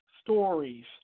stories